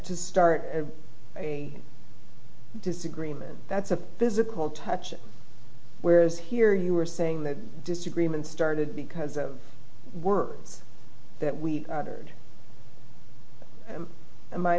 to start a disagreement that's a physical touch whereas here you were saying the disagreement started because of words that we